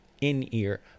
In-Ear